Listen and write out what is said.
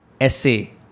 Essay